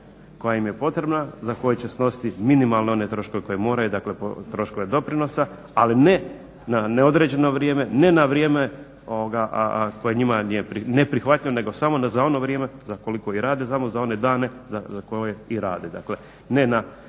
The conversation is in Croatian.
koja im je potrebna za koje će snositi minimalne one troškove koje moraju, dakle troškove doprinosa, ali ne na neodređeno vrijeme, ne na vrijeme koje njima nije neprihvatljivo nego samo za ono vrijeme za koliko i rade, samo za one dane za koje i rade. Dakle, ne na tri